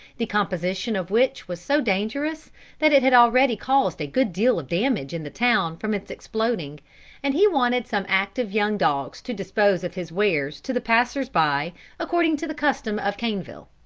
the composition of which was so dangerous that it had already caused a good deal of damage in the town from its exploding and he wanted some active young dogs to dispose of his wares to the passers-by according to the custom of caneville.